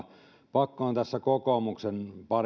pakko on tässä parille kokoomuksen